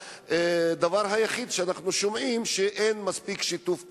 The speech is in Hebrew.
והדבר היחיד שאנחנו שומעים הוא שאין מספיק שיתוף פעולה.